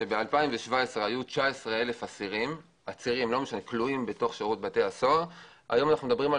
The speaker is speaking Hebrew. ב-2017 היו 19,000 כלואים בבתי-הסוהר והיום אנחנו מדברים על